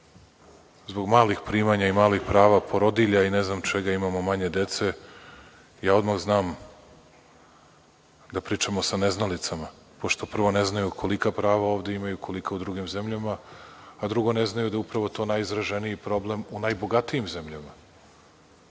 zbog malih primanja i malih prava porodilja i ne znam čega imamo manje dece, odmah znam da pričamo sa neznalicama, pošto prvo ne znaju kolika prava ovde imaju, kolika u drugim zemljama, a drugo, ne znaju da je upravo to najizraženiji problem u najbogatijim zemljama